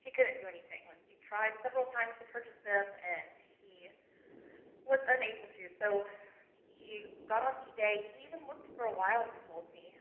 he couldn't do anything. like, he tried several times to purchase them, and he was unable to. so he got on ebay. he even looked for a while he, told me,